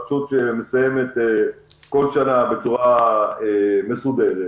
רשות שמסיימת בכל שנה בצורה מסודרת.